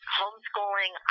homeschooling